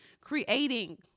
creating